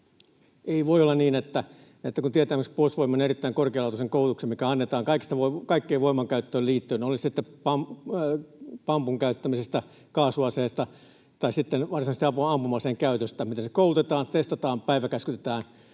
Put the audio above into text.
Ei voi olla niin, että kun tietää esimerkiksi Puolustusvoimien erittäin korkealaatuisen koulutuksen, mikä annetaan kaikkeen voimankäyttöön liittyen — oli kyse sitten pampun käyttämisestä, kaasuaseesta tai sitten varsinaisesta ampuma-aseen käytöstä, miten koulutetaan, testataan, päiväkäskytetään